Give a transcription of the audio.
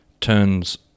turns